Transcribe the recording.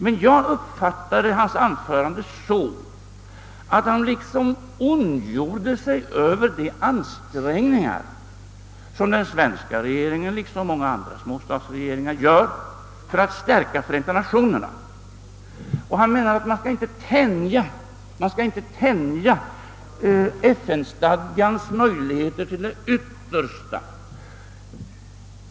Men jag uppfattade hans anförande så, att han liksom ondgjorde sig över de ansträngningar som den svenska regeringen liksom många andra småstatsregeringar gör för att stärka Förenta Nationerna. Han menade att man inte skulle tänja FN-stadgans möjligheter till det yttersta.